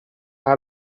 out